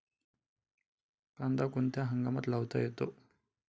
कांदा कोणत्या हंगामात लावता येतो?